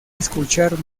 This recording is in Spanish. escuchar